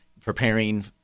preparing